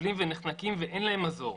סובלים ונחנקים ואין להם מזור.